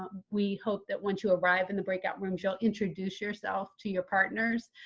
um we hope that once you arrive in the breakout room, joel, introduce yourself to your partners